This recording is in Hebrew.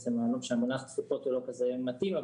בעצם המונח תפוקות הוא לא כזה מתאים,